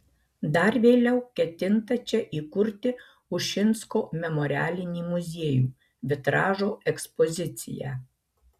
dar vėliau ketinta čia įkurti ušinsko memorialinį muziejų vitražo ekspoziciją